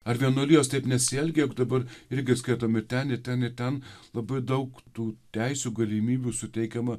ar vienuolijos taip nesielgia juk dabar irgi skaitome ten ir ten ir ten labai daug tų teisių galimybių suteikiama